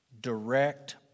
direct